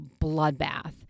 bloodbath